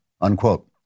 Unquote